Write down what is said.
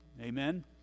Amen